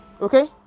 Okay